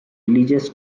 religious